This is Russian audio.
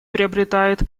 приобретает